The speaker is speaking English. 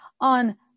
on